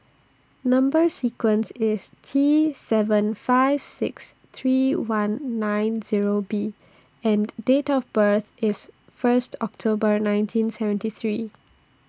Number sequence IS T seven five six three one nine Zero B and Date of birth IS First October nineteen seventy three